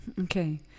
okay